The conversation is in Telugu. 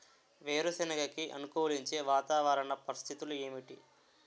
వేరుసెనగ కి అనుకూలించే వాతావరణ పరిస్థితులు ఏమిటి?